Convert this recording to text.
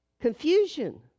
Confusion